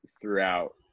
throughout